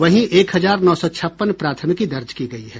वहीं एक हजार नौ सौ छप्पन प्राथमिकी दर्ज की गयी है